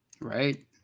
Right